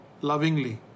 lovingly